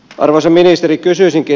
arvoisa ministeri kysyisinkin